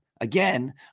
again